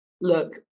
look